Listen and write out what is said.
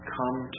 come